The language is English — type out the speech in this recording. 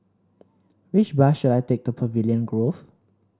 which bus should I take to Pavilion Grove